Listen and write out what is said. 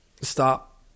stop